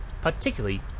Particularly